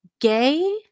gay